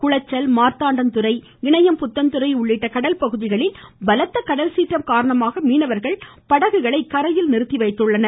குளச்சல் மார்த்தாண்டன்துறை இணையம் புத்தன்துறை உள்ளிட்ட கடல்பகுதிகளில் பலத்த கடல்சீற்றம் காரணமாக மீனவர்கள் படகுகளை கரைகளில் நிறுத்தி வைத்துள்ளனர்